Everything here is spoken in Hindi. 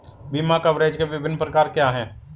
बीमा कवरेज के विभिन्न प्रकार क्या हैं?